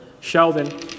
Sheldon